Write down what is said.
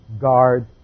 guards